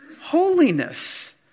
holiness